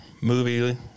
Movie